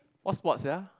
what sport sia